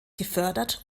gefördert